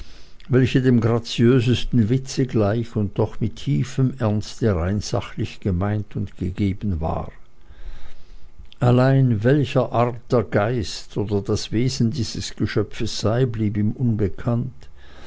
welche dem graziösesten witze gleich und doch mit tiefem ernste rein sachlich gemeint und gegeben war allein welcher art der geist oder das wesen dieses geschöpfes sei blieb ihm unbekannt